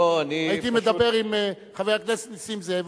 הייתי מדבר עם חבר הכנסת נסים זאב,